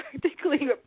practically